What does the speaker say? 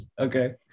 Okay